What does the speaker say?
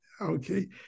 okay